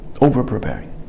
Over-preparing